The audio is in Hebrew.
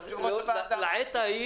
לעת ההיא